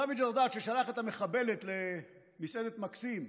סאמי ג'רדאת, ששלח את המחבלת למסעדת מקסים,